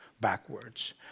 backwards